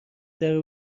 درو